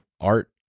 art